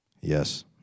yes